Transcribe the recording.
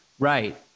Right